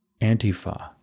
Antifa